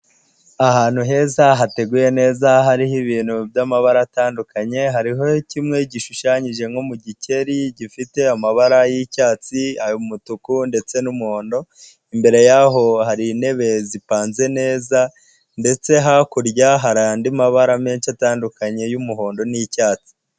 Ahantu heza hateguye neza hariho ibintu by'amabara atandukanye, hariho kimwe gishushanyije nko mu gikeri gifite amabara y'icyatsi, umutuku ndetse n'umuhondo, imbere y'aho hari intebe zipanze neza ndetse hakurya hari andi mabara menshi atandukanye y'umuhondo n'icyatsi.